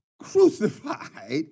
crucified